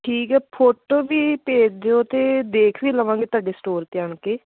ਠੀਕ ਹੈ ਫੋਟੋ ਵੀ ਭੇਜ ਦਿਓ ਅਤੇ ਦੇਖ ਵੀ ਲਵਾਂਗੇ ਤੁਹਾਡੇ ਸਟੋਰ 'ਤੇ ਆਣ ਕੇ